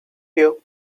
here